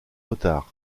retard